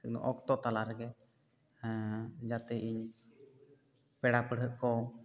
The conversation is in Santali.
ᱚᱠᱛᱚ ᱛᱟᱞᱟ ᱨᱮᱜᱮ ᱡᱟᱛᱮ ᱤᱧ ᱯᱮᱲᱟ ᱯᱟᱹᱲᱦᱟᱹᱜ ᱠᱚ